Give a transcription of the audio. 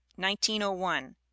1901